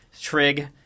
Trig